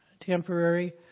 temporary